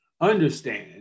understand